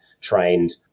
trained